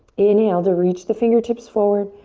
inhale to reach the fingertips forward.